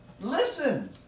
Listen